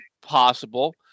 possible